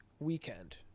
weekend